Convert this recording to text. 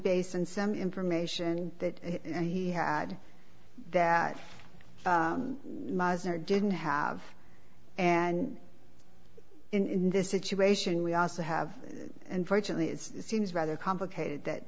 based on some information that he had that muslim or didn't have and in this situation we also have unfortunately it's seems rather complicated that